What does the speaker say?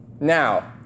Now